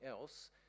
else